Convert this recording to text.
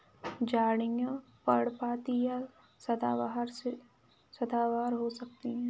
झाड़ियाँ पर्णपाती या सदाबहार हो सकती हैं